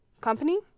company